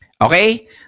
Okay